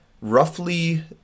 roughly